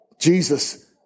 Jesus